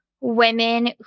women